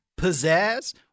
pizzazz